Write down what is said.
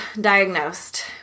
diagnosed